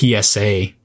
PSA